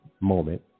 moment